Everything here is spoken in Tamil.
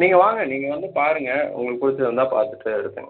நீங்கள் வாங்க நீங்கள் வந்து பாருங்கள் உங்களுக்கு பிடிச்சிருந்தா பார்த்துட்டு எடுத்துங்க